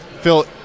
Phil